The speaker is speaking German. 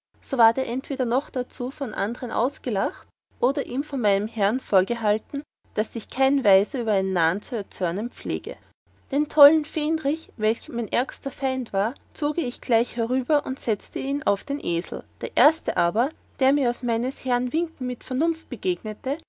so ward er entweder noch darzu von andern ausgelacht oder ihm von meinem herrn vorgehalten daß sich kein weiser über einen narrn zu erzörnen pflege den tollen fähnrich welcher mein ärgster feind war zoge ich gleich herüber und setzte ihn auf den esel der erste aber der mir aus meines herrn winken mit vernunft begegnete